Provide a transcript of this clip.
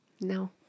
no